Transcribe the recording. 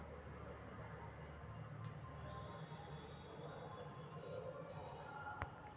भारत में क्रस्टेशियन उत्पादन के अपार सम्भावनाएँ हई